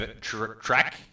track